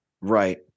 right